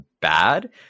bad